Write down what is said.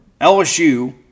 LSU